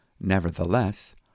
nevertheless